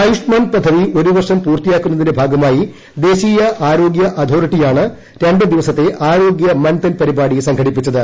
ആയുഷ്മാൻ പദ്ധതി ഒരു വർഷം പൂർത്തിയാക്കുന്നതിന്റെ ഭാഗമായി ദേശീയ ആരോഗ്യ അതോറിട്ടിയാണ് രണ്ടു ദിവസത്തെ ആരോഗ്യ മൻതൻ പരിപാടി സംഘടിപ്പിച്ചത്